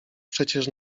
przecież